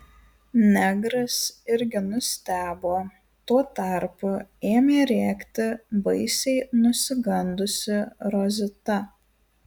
negras irgi nustebo tuo tarpu ėmė rėkti baisiai nusigandusi rozita